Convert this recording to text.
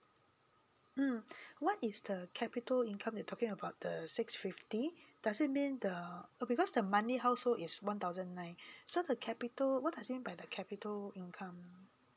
mm what is the capita income you are talking about the the six fifty does it mean the uh because the monthly household income is one thousand nine so the capita what does it mean by the capita income